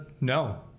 No